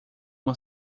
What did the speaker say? uma